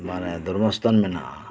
ᱢᱟᱱᱮ ᱫᱷᱚᱨᱢᱚᱥ ᱛᱷᱟᱱ ᱢᱮᱱᱟᱜᱼᱟ